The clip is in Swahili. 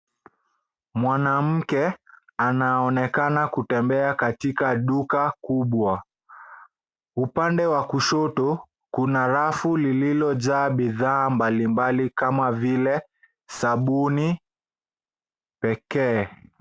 Mwanamke anaonekana kutembea katika duka kubwa. Upande wa kushoto kuna rafu lililojaa bidhaa mbalimbali kama vile sabuni pekee.